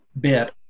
bit